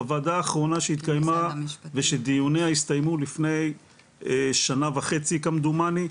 בוועדה האחרונה שהתקיימה ושדיוניה הסתיימו לפני שנה וחצי כמדומני,